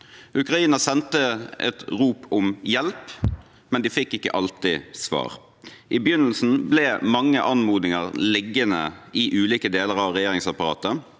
Ukraina sendte rop om hjelp, men de fikk ikke alltid svar. I begynnelsen ble mange anmodninger liggende i ulike deler av regjeringsapparatet.